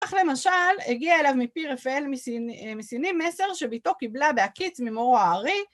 כך למשל הגיע אליו מפי רפאל מסיני מסר שביתו קיבלה בהקיץ ממורו הארי